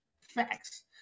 Facts